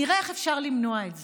נראה איך אפשר למנוע את זה.